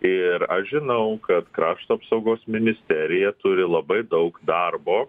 ir aš žinau kad krašto apsaugos ministerija turi labai daug darbo